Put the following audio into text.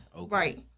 Right